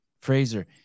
Fraser